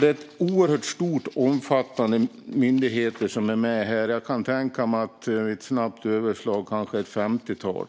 Det är alltså ett oerhört omfattande myndighetsarbete här; jag kan tänka mig att ett snabbt överslag ger att det rör sig om ett femtiotal